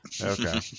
Okay